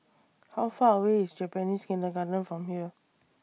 How Far away IS Japanese Kindergarten from here